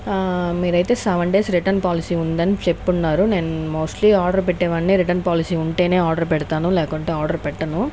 మీరు అయితే seven days return policy ఉందని చెప్పున్నారు నేను మోస్ట్లీ ఆర్డర్ పెట్టేవాన్ని రిటర్న్ పాలసీ ఉంటేనే ఆర్డర్ పెడతాను లేకుంటే ఆర్డర్ పెట్టను